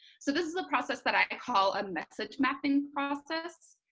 so this is the process that i call a message mapping process.